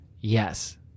Yes